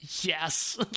yes